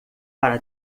para